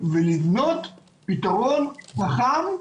ולבנות פתרון רחב,